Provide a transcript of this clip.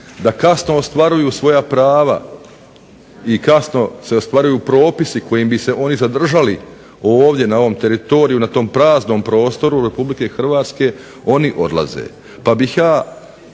da kasno ostvaruju svoja prava i kasno se ostvaruju propisi prema kojim bi se oni zadržali ovdje na ovom teritoriju na praznom prostoru Republike Hrvatske, oni odlaze.